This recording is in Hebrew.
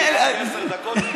אני רק עשר דקות,